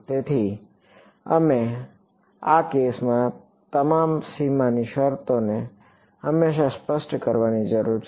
તેથી અમે આ કેસમાં તમામ સીમાની શરતોને હંમેશા સ્પષ્ટ કરવાની જરૂર છે